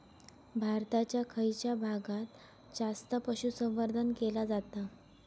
भारताच्या खयच्या भागात जास्त पशुसंवर्धन केला जाता?